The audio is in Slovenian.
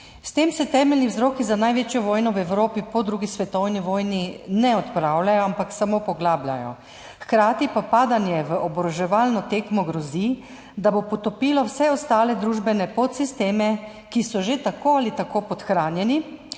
S tem se temeljni vzroki za največjo vojno v Evropi po drugi svetovni vojni ne odpravljajo, ampak samo poglabljajo. Hkrati pa padanje v oboroževalno tekmo grozi, da bo potopilo vse ostale družbene podsisteme, ki so že tako ali tako podhranjeni.